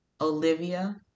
Olivia